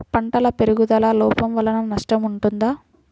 పంటల పెరుగుదల లోపం వలన నష్టము ఉంటుందా?